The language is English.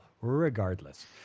regardless